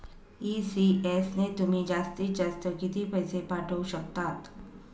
ECS ने तुम्ही जास्तीत जास्त किती पैसे पाठवू शकतात?